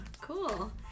Cool